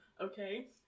okay